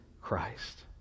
Christ